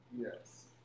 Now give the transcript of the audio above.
Yes